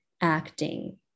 acting